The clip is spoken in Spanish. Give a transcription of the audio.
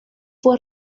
fue